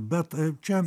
bet čia